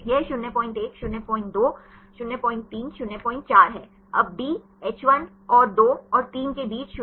यह 01 0 02 03 04 है अब डी एच 1 और 2 और 3 के बीच 08